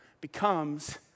becomes